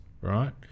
right